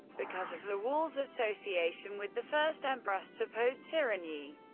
because of the wall's association with the first emperor's supposed tyranny,